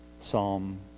Psalm